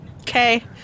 Okay